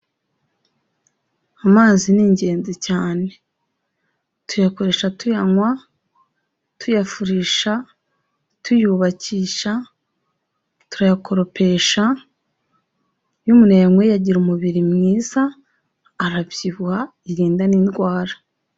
Amazi ni ingenzi cyane, tuyakoresha tuyanywa, tuyafurisha, tuyubakisha, turayakoropesha, iyo umuntu ayanyweye agira umubiri mwiza, arabyibuha, yirinda n'indwara.